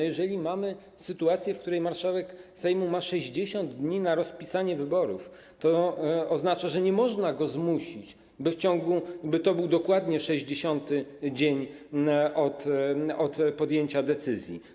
Jeżeli mamy sytuację, w której marszałek Sejmu ma 60 dni na rozpisanie wyborów, to oznacza to, że nie można go zmusić, by to był dokładnie 60. dzień od dnia podjęcia decyzji.